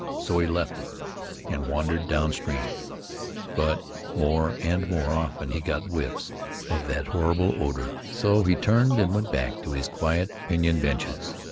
so he left it and wandered down-stream but more and more often he got whiffs of that horrible odor, so he turned and went back to his quiet pinon benches.